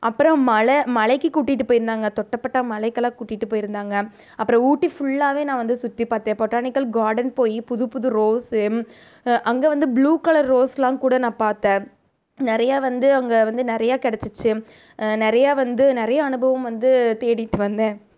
அப்புறம் மலை மலைக்கு கூட்டிகிட்டு போயிருந்தாங்க தொட்டபெட்டா மலைக்கெலாம் கூட்டிகிட்டு போயிருந்தாங்க அப்புறம் ஊட்டி ஃபுல்லாகவே நான் வந்து சுற்றி பார்த்தேன் பொட்டானிக்கல் கார்டன் போய் புது புது ரோஸ் அங்கே வந்து ப்ளூ கலர் ரோஸெலாம் கூட நான் பார்த்தேன் நிறையா வந்து அங்கே வந்து நிறையா கிடச்சுச்சு நிறையா வந்து நிறையா அனுபவம் வந்து தேடிகிட்டு வந்தேன்